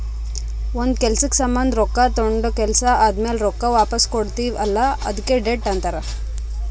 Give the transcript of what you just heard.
ಒಂದ್ ಕೆಲ್ಸಕ್ ಸಂಭಂದ ರೊಕ್ಕಾ ತೊಂಡ ಕೆಲ್ಸಾ ಆದಮ್ಯಾಲ ರೊಕ್ಕಾ ವಾಪಸ್ ಕೊಡ್ತೀವ್ ಅಲ್ಲಾ ಅದ್ಕೆ ಡೆಟ್ ಅಂತಾರ್